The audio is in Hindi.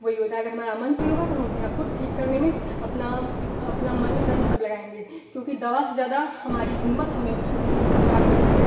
वाही होता है अगर हमारा मन सही होगा तो हम अपने आपको ठीक करने में अपना अपना मन तन सब लगाएँगे क्योंकि दवा से ज़्यादा हमारी हिम्मत हमें ठीक होने में काम करती है